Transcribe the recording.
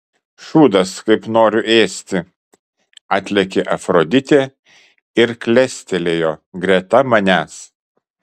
šūdas kaip noriu ėsti atlėkė afroditė ir klestelėjo greta manęs